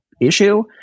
issue